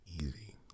easy